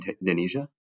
Indonesia